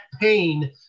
pain